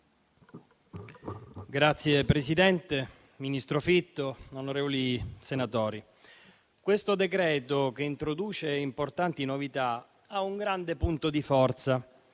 Signor Presidente, ministro Fitto, onorevoli senatori, questo decreto, che introduce importanti novità, ha un grande punto di forza,